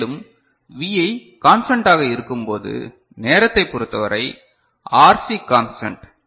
மேலும் Vi கான்ஸ்டன்ட்டாக இருக்கும்போது நேரத்தைப் பொறுத்தவரை RC கான்ஸ்டன்ட்